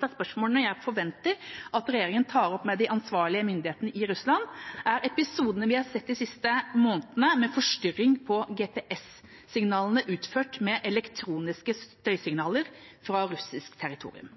av spørsmålene jeg forventer at regjeringa tar opp med de ansvarlige myndighetene i Russland, er episodene vi har sett de siste månedene med forstyrring av GPS-signaler utført med elektroniske støysignaler fra russisk territorium.